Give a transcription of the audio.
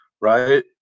right